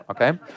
okay